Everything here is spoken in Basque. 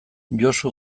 josu